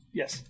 yes